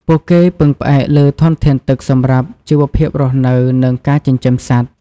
ពួកគេពឹងផ្អែកលើធនធានទឹកសម្រាប់ជីវភាពរស់នៅ និងការចិញ្ចឹមសត្វ។